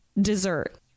dessert